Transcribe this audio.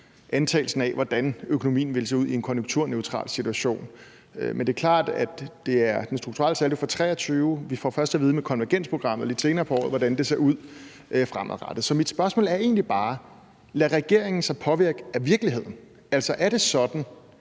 antagelsen af, hvordan økonomien ville se ud i en konjunkturneutral situation. Men det er klart, at det er den strukturelle saldo for 2023. Vi får først at vide med konvergensprogrammet lidt senere på året, hvordan det ser ud fremadrettet. Så mit spørgsmål er egentlig bare: Lader regeringen sig påvirke af virkeligheden? Altså, er det sådan,